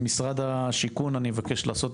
ממשרד השיכון והבינוי אני מבקש לעשות